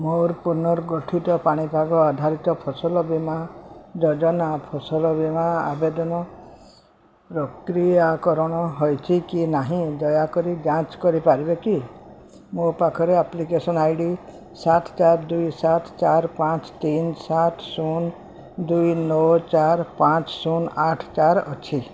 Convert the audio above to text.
ମୋର ପୁନର୍ଗଠିତ ପାଣିପାଗ ଆଧାରିତ ଫସଲ ବୀମା ଯୋଜନା ଫସଲ ବୀମା ଆବେଦନ ପ୍ରକ୍ରିୟାକରଣ ହୋଇଛି କି ନାହିଁ ଦୟାକରି ଯାଞ୍ଚ କରିପାରିବେ କି ମୋ ପାଖରେ ଆପ୍ଲିକେସନ୍ ଆଇ ଡ଼ି ସାତ ଚାରି ଦୁଇ ସାତ ଚାରି ପାଞ୍ଚ ତିନି ସାତ ଶୂନ ଦୁଇ ନଅ ଚାରି ପାଞ୍ଚ ଶୂନ ଆଠ ଚାରି ଅଛି